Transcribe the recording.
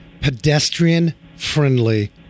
pedestrian-friendly